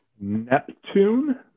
Neptune